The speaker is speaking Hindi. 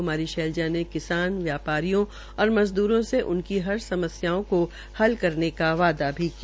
क्मारी शैजला ने किसान व्यापारियों और मजदूरों से उनकी समस्याओं को हल करने का वादा भी किया